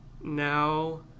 now